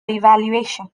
evaluation